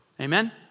Amen